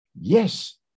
Yes